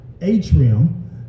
atrium